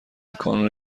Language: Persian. کانون